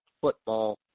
football